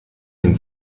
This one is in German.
den